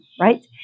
right